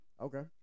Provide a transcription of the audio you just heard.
Okay